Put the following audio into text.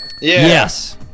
Yes